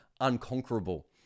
unconquerable